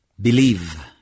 believe